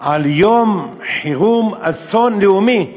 על יום חירום, אסון לאומי,